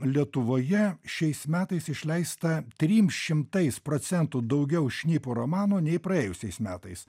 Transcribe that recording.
lietuvoje šiais metais išleista trim šimtais procentų daugiau šnipų romanų nei praėjusiais metais